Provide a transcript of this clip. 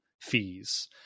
fees